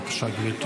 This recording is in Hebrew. בבקשה, גברתי